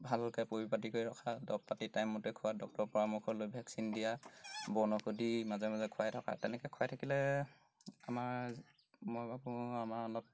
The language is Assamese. ভালকৈ পৰিপাটি কৰি ৰখা দৰৱ পাতি টাইমমতে খোৱা ডক্টৰৰ পৰামৰ্শ লৈ ভেকচিন দিয়া বনৌষধি মাজে মাজে খুৱাই থকা তেনেকৈ খুৱাই থাকিলে আমাৰ মই ভাবোঁ আমাৰ অলপ